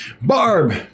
Barb